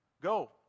go